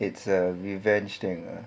it's a revenge thing ah